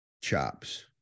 chops